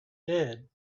did